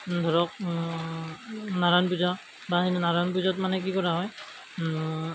ধৰক নাৰায়ণ পূজা বা সেই নাৰায়ণ পূজাত মানে কি কৰা হয়